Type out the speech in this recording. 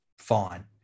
fine